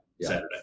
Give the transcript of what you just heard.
Saturday